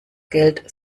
geld